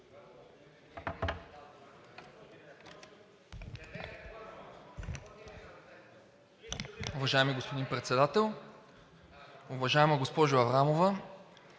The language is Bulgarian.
Уважаеми господин Председател, уважаема госпожо Аврамова,